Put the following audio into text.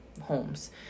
homes